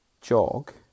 jog